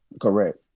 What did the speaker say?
Correct